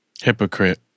Hypocrite